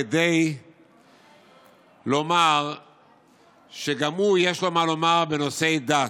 כדי לומר שגם הוא יש לו מה לומר בנושאי דת.